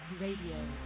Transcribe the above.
Radio